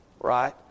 right